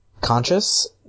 conscious